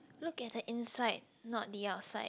look at the inside not the outside